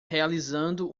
realizando